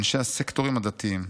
אנשי הסקטורים הדתיים.